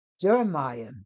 Jeremiah